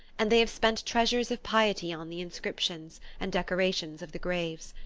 and they have spent treasures of piety on the inscriptions and decorations of the graves.